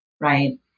right